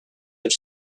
have